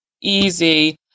easy